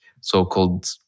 so-called